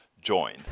join